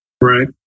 Right